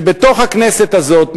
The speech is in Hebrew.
שבתוך הכנסת הזאת,